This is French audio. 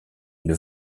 une